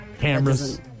cameras